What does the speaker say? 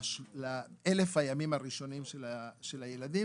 לאלף הימים הראשונים של הילדים,